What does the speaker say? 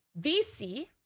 VC